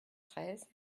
treize